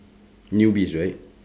newbies right